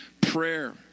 prayer